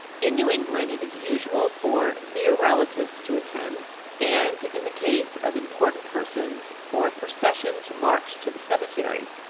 in new england it is usual for near relatives to attend and, in the case of important persons, for a procession to march to the cemetery.